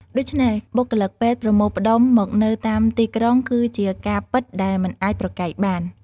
ដូច្នេះ បុគ្គលិកពេទ្យប្រមូលផ្តុំ មកនៅតាមទីក្រុងគឺជាការពិតដែលមិនអាចប្រកែកបាន។